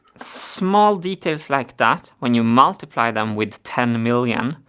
small details like that, when you multiply them with ten million,